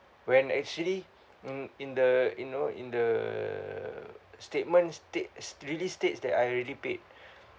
when actually mm in the you know in the statements state really states that I already paid